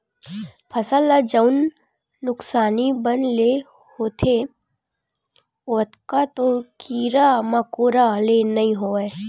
फसल ल जउन नुकसानी बन ले होथे ओतका तो कीरा मकोरा ले नइ होवय